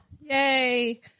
Yay